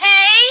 Hey